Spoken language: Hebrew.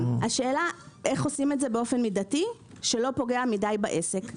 השאלה איך עושים זאת באופן מידתי שלא פוגע מדי בעסק.